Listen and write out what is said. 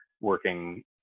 working